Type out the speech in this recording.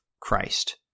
Christ